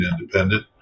independent